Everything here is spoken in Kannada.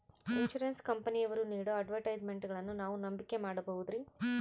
ಇನ್ಸೂರೆನ್ಸ್ ಕಂಪನಿಯವರು ನೇಡೋ ಅಡ್ವರ್ಟೈಸ್ಮೆಂಟ್ಗಳನ್ನು ನಾವು ನಂಬಿಕೆ ಮಾಡಬಹುದ್ರಿ?